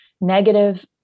negative